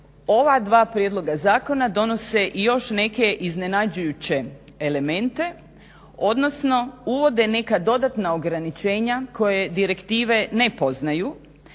ova dva prijedloga zakona donose i još neke iznenađujuće elemente, odnosno uvode neka dodatna ograničenja koja direktive ne poznaju,